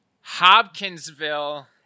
Hopkinsville